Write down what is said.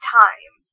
time